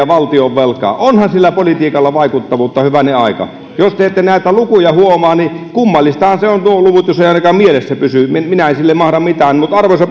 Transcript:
valtionvelkaa onhan sillä politiikalla vaikuttavuutta hyvänen aika jos te ette näitä lukuja huomaa niin kummallisiahan nuo luvut ovat jos ei ainakaan mielessä pysy minä minä en sille mahda mitään arvoisa